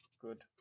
Good